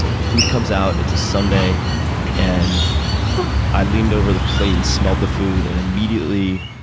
food comes out it's a sunday and i leaned over the plate and smelled the food and immediately